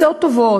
הצעות טובות.